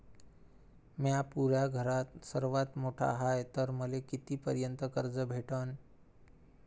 म्या पुऱ्या घरात सर्वांत मोठा हाय तर मले किती पर्यंत कर्ज भेटन?